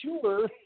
sure